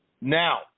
Now